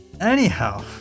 Anyhow